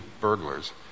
burglars